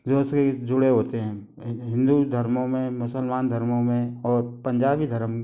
जों से जुड़े होते हैं हिंदू धर्मों में मुसलमान धर्मों में और पंजाबी धर्म